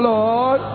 Lord